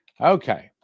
Okay